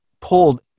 pulled